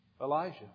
Elijah